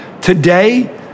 today